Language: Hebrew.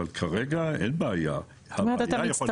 הבעיה יכולה להיות עוד 20 שנה,